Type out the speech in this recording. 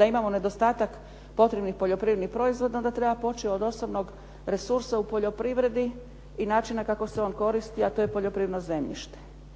da imamo nedostatak potrebnih poljoprivrednih proizvoda onda treba početi od osobnog resursa u poljoprivredi i načina kako se on koristi, a to je poljoprivredno zemljište.